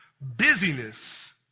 busyness